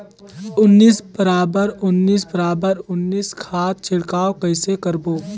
उन्नीस बराबर उन्नीस बराबर उन्नीस खाद छिड़काव कइसे करबो?